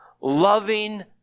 loving